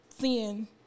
seeing